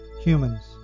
Humans